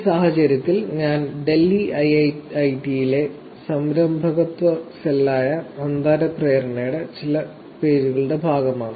ഈ സാഹചര്യത്തിൽ ഞാൻ ഡൽഹി ഐഐഐടിയിലെ സംരംഭകത്വ സെല്ലായ അന്താര പ്രേരണയുടെ ചില പേജുകളുടെ ഭാഗമാണ്